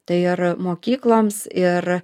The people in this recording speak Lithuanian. tai ir mokykloms ir